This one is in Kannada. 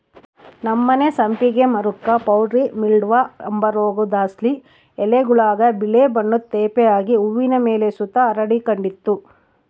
ನಮ್ಮನೆ ಸಂಪಿಗೆ ಮರುಕ್ಕ ಪೌಡರಿ ಮಿಲ್ಡ್ವ ಅಂಬ ರೋಗುದ್ಲಾಸಿ ಎಲೆಗುಳಾಗ ಬಿಳೇ ಬಣ್ಣುದ್ ತೇಪೆ ಆಗಿ ಹೂವಿನ್ ಮೇಲೆ ಸುತ ಹರಡಿಕಂಡಿತ್ತು